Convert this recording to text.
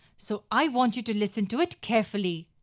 so i want you to listen to it carefully.